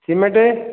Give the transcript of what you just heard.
cement